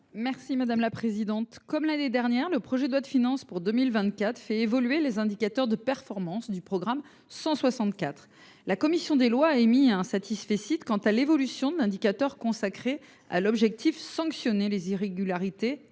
Mme Nathalie Delattre. Comme l’année dernière, le projet de loi de finances pour 2024 fait évoluer les indicateurs de performance du programme 164. La commission des lois a donné un satisfecit sur l’évolution d’indicateurs consacrés à l’objectif « Sanctionner les irrégularités